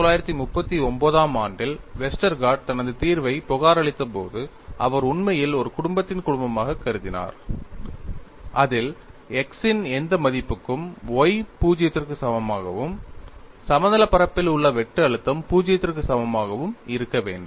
1939 ஆம் ஆண்டில் வெஸ்டர்கார்ட் தனது தீர்வைப் புகாரளித்தபோது அவர் உண்மையில் ஒரு குடும்பத்தின் குடும்பமாகக் கருதினார் அதில் x இன் எந்த மதிப்புக்கும் y 0 க்கு சமமாகவும் சமதளப் பரப்பில் உள்ள வெட்டு அழுத்தம் 0 க்கு சமமாகவும் இருக்க வேண்டும்